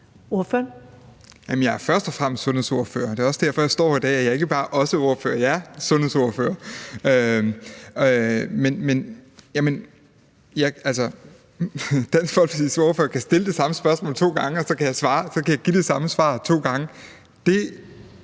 Jamen jeg er først og fremmest sundhedsordfører, og det er også derfor, jeg står her i dag. Jeg er ikke bare også sundhedsordfører; jeg er sundhedsordfører. Dansk Folkepartis ordfører kan stille det samme spørgsmål to gange, og så kan jeg give det samme svar to gange.